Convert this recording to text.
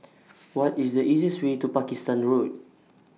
What IS The easiest Way to Pakistan Road